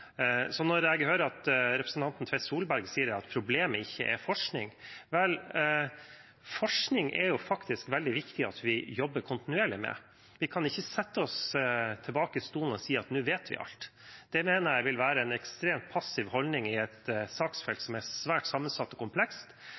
så når jeg hører representanten Tvedt Solberg si at problemet ikke er forskning – vel, forskning er det faktisk veldig viktig at vi jobber kontinuerlig med. Vi kan ikke lene oss tilbake i stolen og si at nå vet vi alt. Det mener jeg vil være en ekstremt passiv holdning i et saksfelt som er svært sammensatt og komplekst.